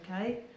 okay